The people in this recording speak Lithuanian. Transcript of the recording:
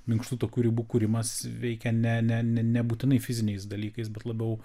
minkštų tokių ribų kūrimas veikia ne ne nebūtinai fiziniais dalykais bet labiau